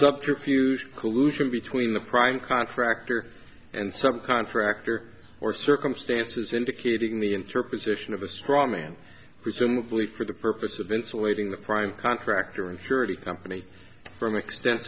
subterfuge collusion between the prime contractor and some contractor or circumstances indicating the interpretation of a straw man presumably for the purpose of insulating the prime contractor and surety company from exten